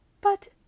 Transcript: But